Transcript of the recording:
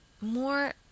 more